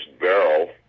barrel